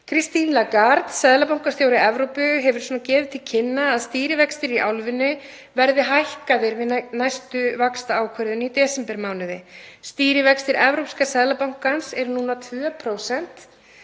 Christine Lagarde, seðlabankastjóri Evrópu, hefur gefið til kynna að stýrivextir í álfunni verði hækkaðir við næstu vaxtaákvörðun í desembermánuði. Stýrivextir Evrópska seðlabankans eru núna 2%.